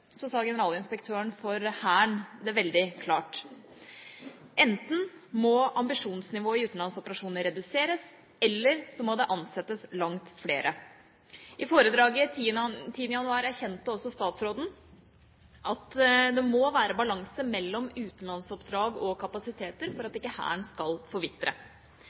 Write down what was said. sa generalinspektøren for Hæren det veldig klart: Enten må ambisjonsnivået i utenlandsoperasjoner reduseres, eller så må det ansettes langt flere. I foredraget 10. januar erkjente også statsråden at det må være balanse mellom utenlandsoppdrag og kapasiteter for at ikke Hæren skal forvitre.